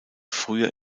früher